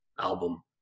album